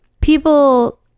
people